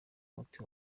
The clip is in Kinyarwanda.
umuti